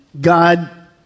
God